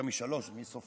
יותר משלוש, אבל מי סופר,